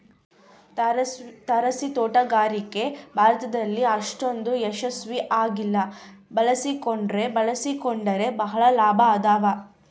ತಾರಸಿತೋಟಗಾರಿಕೆ ಭಾರತದಲ್ಲಿ ಅಷ್ಟೊಂದು ಯಶಸ್ವಿ ಆಗಿಲ್ಲ ಬಳಸಿಕೊಂಡ್ರೆ ಬಳಸಿಕೊಂಡರೆ ಬಹಳ ಲಾಭ ಅದಾವ